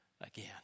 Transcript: again